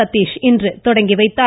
சதீஷ் இன்று துவக்கி வைத்தார்